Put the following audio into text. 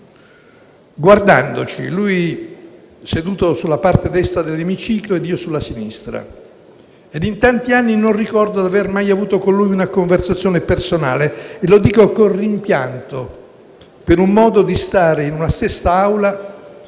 guardandoci, lui seduto nella parte destra dell'emiciclo e io nella sinistra. In tanti anni non ricordo di avere mai avuto con lui una conversazione personale. E lo dico con rimpianto, per un modo di stare in una stessa Aula,